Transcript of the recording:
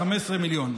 15 מיליון,